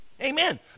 Amen